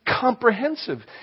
comprehensive